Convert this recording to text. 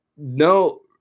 No